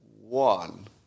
one